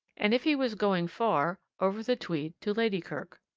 and if he was going far over the tweed to ladykirk.